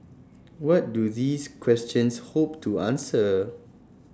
what do these questions hope to answer